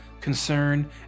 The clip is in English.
concern